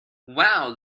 wow